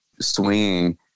swinging